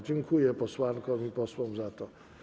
Dziękuję posłankom i posłom za to.